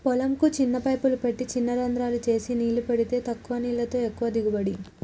పొలం కు చిన్న పైపులు పెట్టి చిన రంద్రాలు చేసి నీళ్లు పెడితే తక్కువ నీళ్లతో ఎక్కువ దిగుబడి